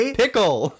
pickle